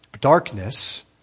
Darkness